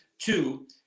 Two